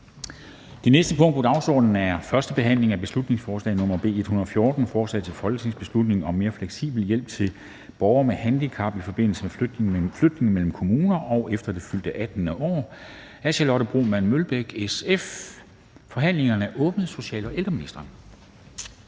Det næste punkt på dagsordenen er: 2) 1. behandling af beslutningsforslag nr. B 114: Forslag til folketingsbeslutning om mere fleksibel hjælp til borgere med handicap i forbindelse med flytning mellem kommuner og efter det fyldte 18. år. Af Charlotte Broman Mølbæk (SF) m.fl. (Fremsættelse